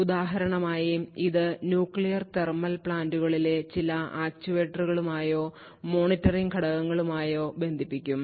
ഉദാഹരണമായി ഇത് nuclear thermal പ്ലാന്റുകളിലെ ചില ആക്യുവേറ്ററുകളുമായോ മോണിറ്ററിംഗ് ഘടകങ്ങളുമായോ ബന്ധിപ്പിക്കും